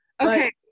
Okay